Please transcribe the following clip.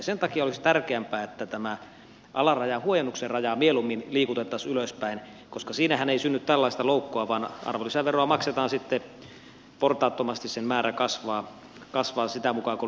sen takia olisi tärkeämpää että mieluummin tämän alarajahuojennuksen rajaa liikutettaisiin ylöspäin koska siinähän ei synny tällaista loukkua vaan arvonlisäveroa maksetaan sitten portaattomasti sen määrä kasvaa sitä mukaa kuin liikevaihto kasvaa